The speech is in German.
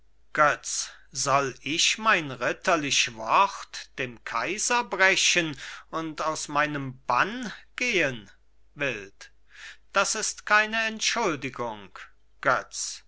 soll ich mein ritterlich wort dem kaiser brechen und aus meinem bann gehen wild das ist keine entschuldigung götz